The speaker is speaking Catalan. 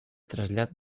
trasllat